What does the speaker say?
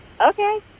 Okay